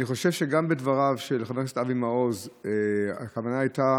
אני חושב שגם בדבריו של חבר הכנסת אבי מעוז הכוונה הייתה